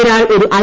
ഒരാൾ ഒരു ഐ